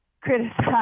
criticize